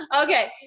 Okay